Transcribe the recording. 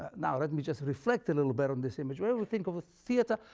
now, let me just reflect a little bit on this image. whenever we think of a theatre,